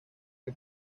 que